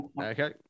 Okay